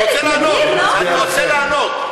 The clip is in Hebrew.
אני רוצה לענות.